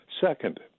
Second